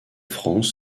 france